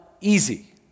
easy